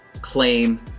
claim